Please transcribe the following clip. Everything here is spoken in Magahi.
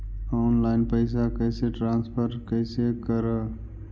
ऑनलाइन पैसा कैसे ट्रांसफर कैसे कर?